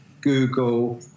Google